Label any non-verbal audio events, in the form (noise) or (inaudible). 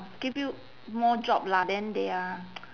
give you more job lah then they are (noise)